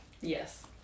Yes